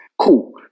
cool